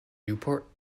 newport